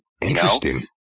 Interesting